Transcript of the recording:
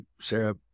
Sarah